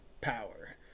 power